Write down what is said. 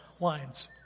lines